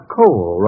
coal